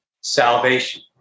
Salvation